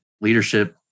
leadership